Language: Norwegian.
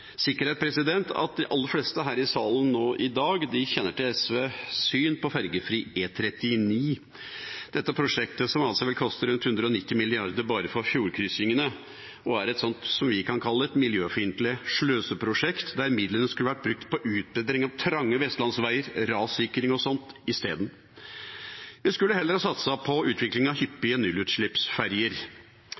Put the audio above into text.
at de aller fleste her i salen i dag kjenner til SVs syn på fergefri E39 – dette prosjektet hvor bare fjordkryssingene vil koste rundt 190 mrd. kr, og som er hva vi vil kalle et miljøfiendtlig sløseprosjekt, der midlene skulle vært brukt på utbedring av trange vestlandsveier, rassikring og slikt i stedet. Vi skulle heller ha satset på utvikling av hyppige nullutslippsferjer.